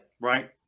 right